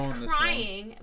crying